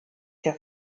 der